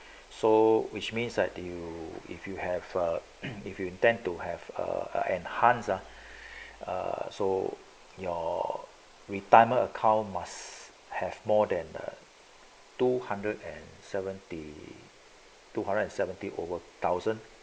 so which means that you if you have a if you intend to have a enhanced ah so your retirement account must have more than two hundred and seventy two hundred and seventy over thousand